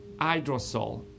hydrosol